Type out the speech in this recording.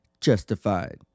Justified